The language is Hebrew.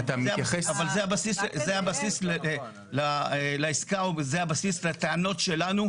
זה הבסיס לעסקה וזה הבסיס לטענות שלנו,